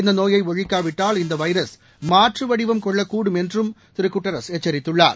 இந்த நோயை ஒழிக்காவிட்டால் இந்த வைரஸ் மாற்று வடிவம் கொள்ளக்கூடும் என்றும் திரு குட்டாரஸ் எச்சரித்துள்ளார்